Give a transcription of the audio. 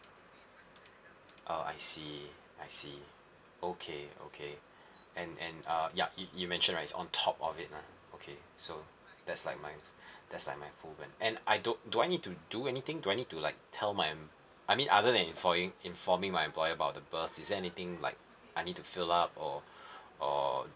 oh I see I see okay okay and and uh ya you you mentioned it's on top of it lah okay so that's like my that's like my and I don't do I need to do anything do I need to like tell my I mean other than infoying~ informing my employer about the birth is there anything like I need to fill up or or